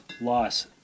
loss